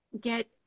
get